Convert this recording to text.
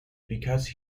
because